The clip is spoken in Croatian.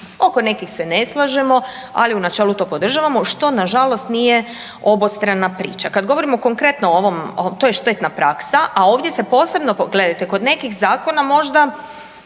Oko nekih se ne slažemo, ali u načelu to podržavamo, što nažalost nije obostrana priča. Kad govorimo konkretno o ovom, to je štetna praksa, a ovdje se posebno, gledajte kod nekih zakona možda,